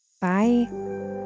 Bye